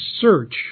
search